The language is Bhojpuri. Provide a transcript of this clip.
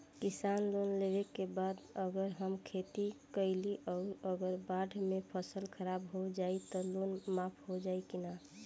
किसान लोन लेबे के बाद अगर हम खेती कैलि अउर अगर बाढ़ मे फसल खराब हो जाई त लोन माफ होई कि न?